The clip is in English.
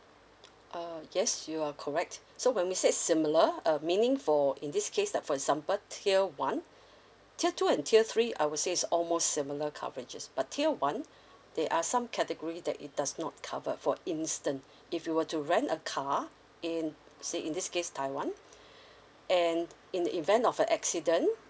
err yes you are correct so when we said similar uh meaning for in this case like for example tier one tier two and tier three I would say is almost similar coverages but tier one they are some category that it does not covered for instance if you were to rent a car in say in this case taiwan and in the event of a accident